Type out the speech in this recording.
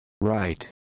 Right